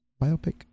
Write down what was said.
Biopic